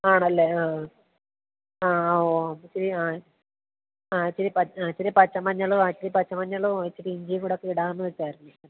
ആണല്ലേ ആ ആ ആ ഓഹ് ശരി ആ ആ ഇച്ചിരി ഇച്ചിരി പച്ചമഞ്ഞളും ആ ഇച്ചിരി പച്ച മഞ്ഞളും ഇച്ചിരി ഇഞ്ചിയും കൂടെയൊക്കെ ഇടാമെന്നു വച്ചായിരുന്നു